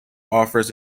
offers